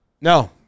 No